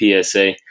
psa